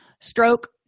Stroke